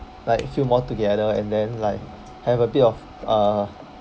like feel more together and then like have a bit of uh